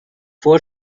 four